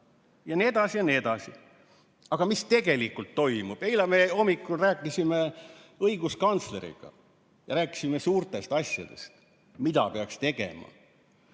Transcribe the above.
Jne, jne. Aga mis tegelikult toimub? Eile me hommikul rääkisime õiguskantsleriga, rääkisime suurtest asjadest, mida peaks tegema.